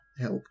help